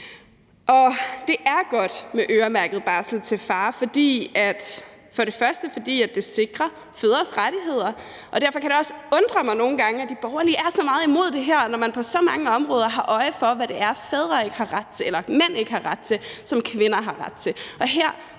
Det er godt med øremærket barsel til faren, fordi det sikrer fædres rettigheder. Derfor kan det også nogle gange undre mig, at de borgerlige er så meget imod det her, når man på så mange områder har øje for, hvad mænd ikke har ret til, som kvinder ret til.